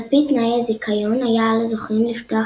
על פי תנאי הזיכיון היה על הזוכים לפתוח